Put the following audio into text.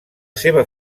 seva